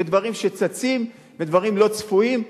ודברים שצצים ודברים לא צפויים.